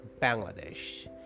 Bangladesh